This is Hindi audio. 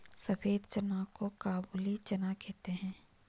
सफेद चना को काबुली चना कहते हैं